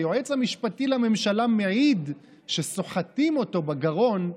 כשהיועץ המשפטי לממשלה מעיד שסוחטים אותו בגרון,